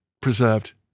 preserved